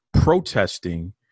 protesting